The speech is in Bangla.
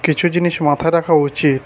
কিছু জিনিস মাথায় রাখা উচিত